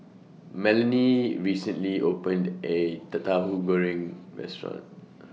Melony recently opened A Tauhu Goreng Restaurant